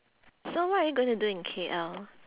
so what are you going to do in K_L